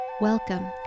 Welcome